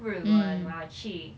日文我要去